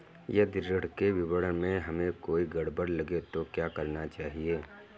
यदि ऋण के विवरण में हमें कोई गड़बड़ लगे तो क्या करना चाहिए?